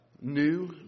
new